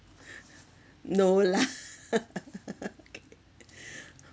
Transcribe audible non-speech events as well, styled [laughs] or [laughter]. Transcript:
no lah [laughs] okay [laughs]